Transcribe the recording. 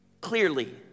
clearly